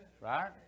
Right